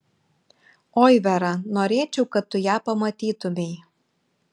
oi vera norėčiau kad tu ją pamatytumei